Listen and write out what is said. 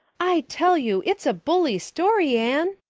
i tell you it's a bully story, anne,